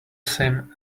same